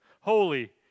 holy